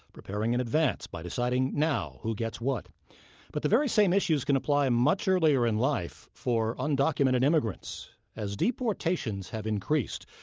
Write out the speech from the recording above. preparing in advance by deciding, now, who gets what but the very same issues can apply much earlier in life for undocumented immigrants. as deportations have increased,